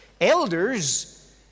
elders